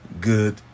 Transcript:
good